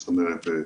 זאת אומרת,